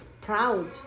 proud